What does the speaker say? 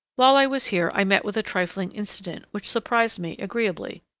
while i was here, i met with a trifling incident, which surprised me agreeably.